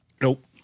Nope